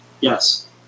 Yes